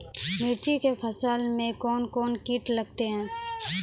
मिर्ची के फसल मे कौन कौन कीट लगते हैं?